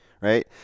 right